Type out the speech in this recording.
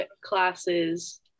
classes